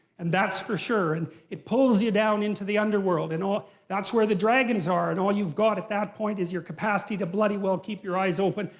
and that's for sure, and it pulls you down into the underworld and all, that's where the dragons are, and all you've got at that point is your capacity to bloody well keep your eyes open,